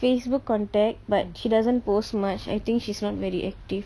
facebook contact but she doesn't post much I think she's not very active